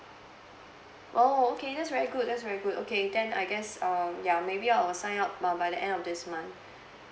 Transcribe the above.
oh okay that's very good that's very good okay then I guess um ya maybe I'll sign up uh by the end of this month